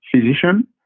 physician